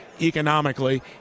economically